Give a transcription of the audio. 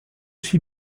aussi